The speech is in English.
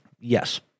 Yes